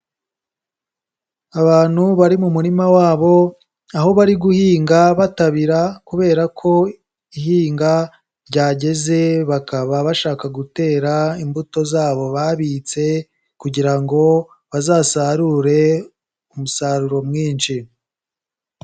Abantu bari mu murima wabo, aho bari guhinga batabira kubera ko ihinga ryageze, bakaba bashaka gutera imbuto zabo babitse, kugira ngo bazasarure umusaruro mwinshi.